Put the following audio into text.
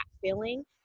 feeling